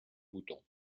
mouton